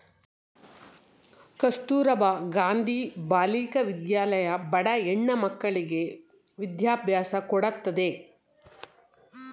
ಕಸ್ತೂರಬಾ ಗಾಂಧಿ ಬಾಲಿಕಾ ವಿದ್ಯಾಲಯ ಬಡ ಹೆಣ್ಣ ಮಕ್ಕಳ್ಳಗೆ ವಿದ್ಯಾಭ್ಯಾಸ ಕೊಡತ್ತದೆ